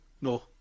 no